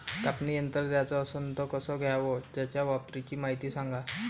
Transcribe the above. कापनी यंत्र घ्याचं असन त कस घ्याव? त्याच्या वापराची मायती सांगा